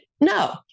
No